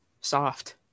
soft